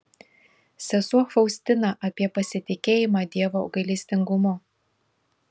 sesuo faustina apie pasitikėjimą dievo gailestingumu